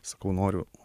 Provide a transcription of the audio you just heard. sakau noriu